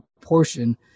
portion